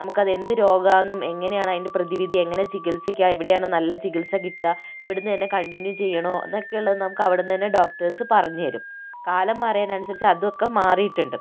നമുക്ക് അത് എന്ത് രോഗമാന്നും എങ്ങനെയാണ് അതിന്റെ പ്രതിവിധി എങ്ങനെ ചികിത്സിക്കുക എവിടെയാണ് നല്ല ചികിത്സ കിട്ടുക ഇവിടുന്നു തന്നെ കണ്ടിന്യൂ ചെയ്യണോ എന്നൊക്കെയുള്ളത് നമുക്കവിടുന്നു തന്നെ ഡോക്ട്ടേഴ്സ് പറഞ്ഞു തരും കാലം മാറിയതിനനുസരിച്ചു അതൊക്കെ മാറിയിട്ടൊണ്ട്